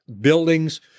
buildings